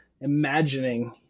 imagining